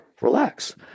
Relax